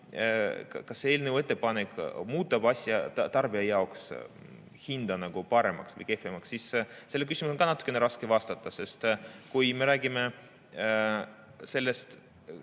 see eelnõu ettepanek muudab tarbija jaoks hinda paremaks või kehvemaks, siis sellele küsimusele on natukene raske vastata. Sest kui me räägime sellest